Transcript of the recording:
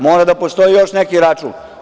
Mora da postoji još neki račun.